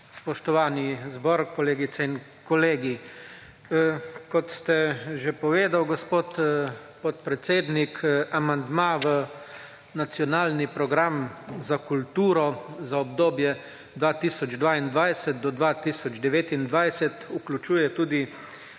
Spoštovani zbor, kolegice in kolegi! Kot ste že povedali, gospod podpredsednik, amandma v nacionalni program za kulturo za obdobje 2022-2029 vključuje tudi